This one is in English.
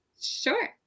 Sure